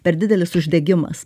per didelis uždegimas